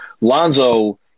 Lonzo